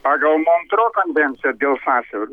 pagal montro konvenciją dėl sąsiaurių